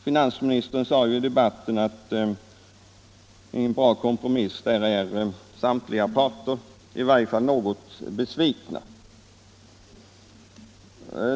Finansministern sade ju också i debatten att med en bra kompromiss är samtliga parter i något fall något besvikna.